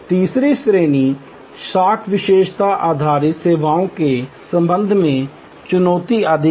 तीसरी श्रेणी साख विशेषता आधारित सेवाओं के संबंध में चुनौती अधिक है